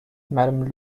madame